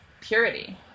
purity